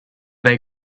they